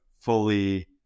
fully